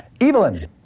Evelyn